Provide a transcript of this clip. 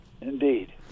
Indeed